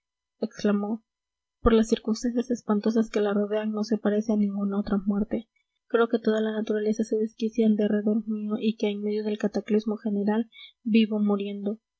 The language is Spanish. exclamó por las circunstancias espantosas que la rodean no se parece a ninguna otra muerte creo que toda la naturaleza se desquicia en derredor mío y que en medio del cataclismo general vivo muriendo